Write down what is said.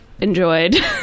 enjoyed